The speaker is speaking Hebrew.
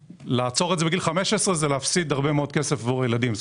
לעצור את זה בגיל 15 זה להפסיד הרבה מאוד כסף עבור הילדים.